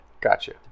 Gotcha